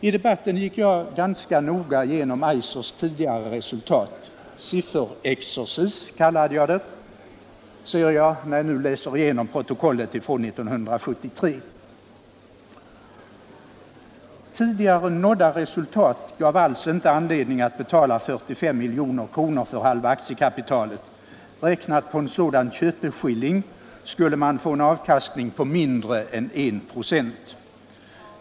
I debatten gick jag ganska noga igenom Eisers tidigare resultat — sifferexercis kallade jag det, ser jag när jag nu läser igenom protokollet från 1973. Tidigare nådda resultat gav alltså inte anledning att betala 45 milj.kr. för halva aktiekapitalet. Räknat på en sådan köpeskilling skulle man få en avkastning på mindre än 1 96.